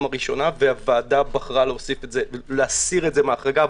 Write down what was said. הראשונה והוועדה בחרה להסיר את זה מההחרגה.